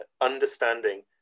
understanding